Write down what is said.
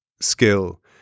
skill